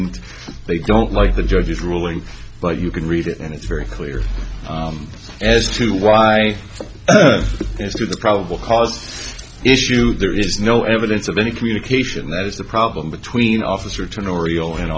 t they don't like the judge's ruling but you can read it and it's very clear as to why there's to the probable cause issue there is no evidence of any communication that was the problem between officer to an oriole an